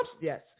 Yes